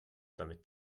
damit